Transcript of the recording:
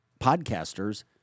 podcasters